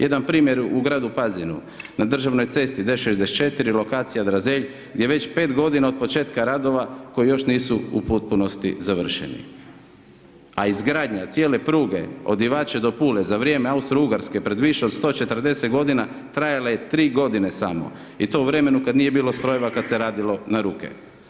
Jedan primjer u gradu Pazinu, na državnoj cesti D66 lokacija Razelj, gdje već 5 g. od početka radova, koje još nisu u potpunosti završeni, a izgradnja cijele pruge od Ivače do Pule za vrijeme Austrougarske pije više od 140 g. trajala je 3 godine samo i tu vremenu kada nije bilo strojeva kada se radilo na ruke.